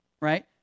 Right